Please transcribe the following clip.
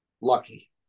Lucky